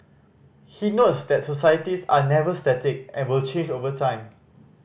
he notes that societies are never static and will change over time